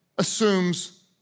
assumes